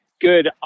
good